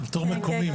יותר מקומי.